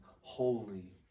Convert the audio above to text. Holy